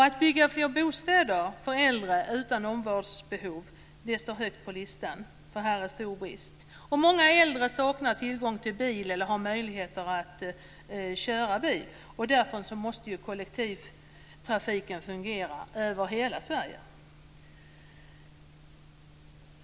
Att bygga fler bostäder för äldre utan omvårdnadsbehov står högt upp på vår önskelista, för det råder en stor brist på sådana bostäder. Många äldre saknar tillgång till bil eller möjlighet att köra bil. Därför måste kollektivtrafiken fungera över hela Sverige.